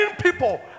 people